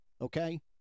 Okay